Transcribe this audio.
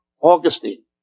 Augustine